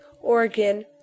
Oregon